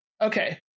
Okay